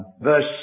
verse